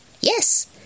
yes